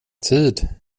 tid